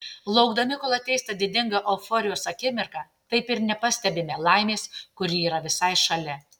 laukdami kol ateis ta didinga euforijos akimirka taip ir nepastebime laimės kuri yra visai šalia